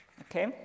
Okay